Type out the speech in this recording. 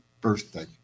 birthday